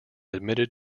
admitted